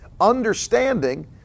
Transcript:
Understanding